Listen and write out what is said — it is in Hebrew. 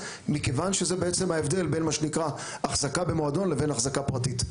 מכיוון שזה בעצם ההבדל בין מה שנקרא החזקה במועדון לבין החזקה פרטית.